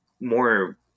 more